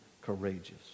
courageous